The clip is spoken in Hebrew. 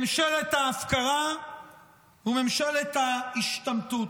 ממשלת ההפקרה וממשלת ההשתמטות.